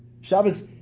Shabbos